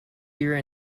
your